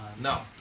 no